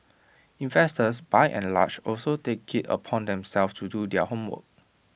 investors by and large also take IT upon themselves to do their homework